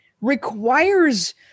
requires